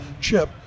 chip